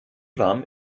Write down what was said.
warm